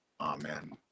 amen